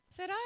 ¿Será